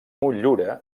motllura